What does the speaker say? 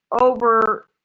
over